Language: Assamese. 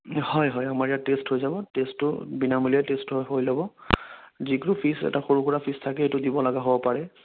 হয় হয় আমাৰ ইয়াত টেষ্ট হৈ যাব টেষ্টটো বিনামূলীয়া টেষ্টটো হৈ ল'ব যিটো ফীজ এটা সৰু সুৰা ফীজ থাকে সেইটো দিব লগা হ'ব পাৰে